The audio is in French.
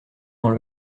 dans